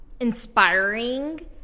inspiring